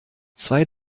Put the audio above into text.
zwei